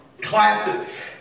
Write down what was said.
classes